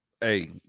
Hey